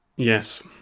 Yes